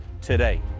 today